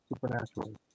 supernatural